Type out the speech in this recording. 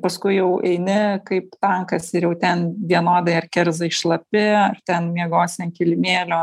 paskui jau eini kaip tankas ir jau ten vienodai ar kerzai šlapi ten miegosi ant kilimėlio